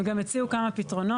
הם גם הציעו כמה פתרונות,